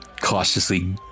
cautiously